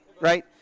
right